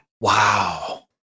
Wow